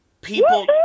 people